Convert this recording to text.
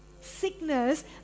sickness